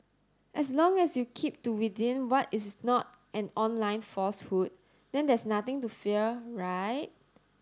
as long as you keep to within what is not an online falsehood then there's nothing to fear right